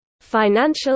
Financial